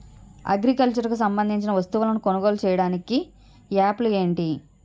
Agriculture కు సంబందించిన వస్తువులను కొనుగోలు చేయటానికి యాప్లు ఏంటి?